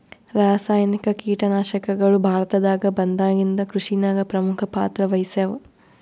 ರಾಸಾಯನಿಕ ಕೀಟನಾಶಕಗಳು ಭಾರತದಾಗ ಬಂದಾಗಿಂದ ಕೃಷಿನಾಗ ಪ್ರಮುಖ ಪಾತ್ರ ವಹಿಸ್ಯಾವ